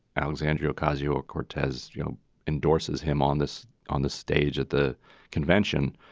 alexandra ocasio cortez you know endorses him on this on the stage at the convention.